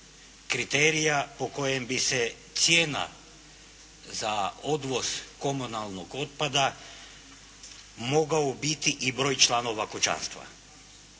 kriterija po kojem bi se cijena za odvoz komunalnog otpada mogao biti i broj članova kućanstva.